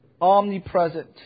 Omnipresent